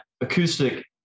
acoustic